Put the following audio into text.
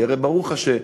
כי הרי, ברוך השם,